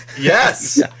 Yes